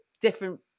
different